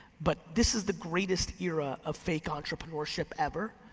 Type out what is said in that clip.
but this is the greatest era of fake entrepreneurship ever,